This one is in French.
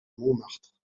montmartre